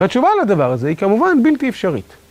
והתשובה לדבר הזה היא כמובן בלתי אפשרית.